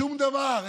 שום דבר.